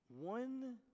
one